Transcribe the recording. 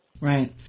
Right